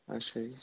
अच्छा जी